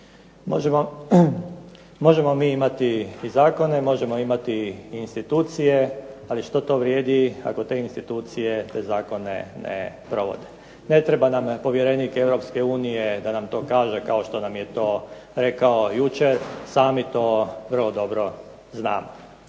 Možemo mi imati i zakone, možemo imati i institucije, ali što to vrijedi ako te institucije te zakone ne provode. Ne treba nam povjerenik Europske unije da nam to kaže, kao što nam je to rekao jučer, sami to vrlo dobro znamo.